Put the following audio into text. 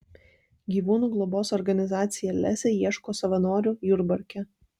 gyvūnų globos organizacija lesė ieško savanorių jurbarke